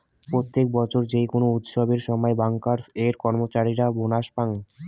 প্রত্যেক বছর যেই কোনো উৎসবের সময় ব্যাংকার্স এর কর্মচারীরা বোনাস পাঙ